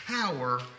power